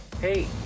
Hey